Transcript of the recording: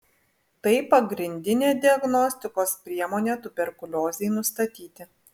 tai pagrindinė diagnostikos priemonė tuberkuliozei nustatyti